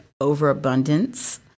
overabundance